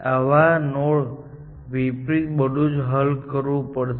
આવા નોડથી વિપરીત બધું જ હલ કરવું પડશે